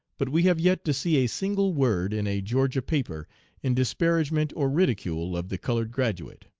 but we have yet to see a single word in a georgia paper in disparagement or ridicule of the colored graduate.